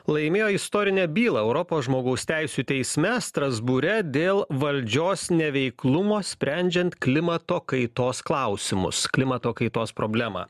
laimėjo istorinę bylą europos žmogaus teisių teisme strasbūre dėl valdžios neveiklumo sprendžiant klimato kaitos klausimus klimato kaitos problemą